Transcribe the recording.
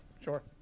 sure